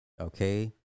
Okay